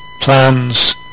plans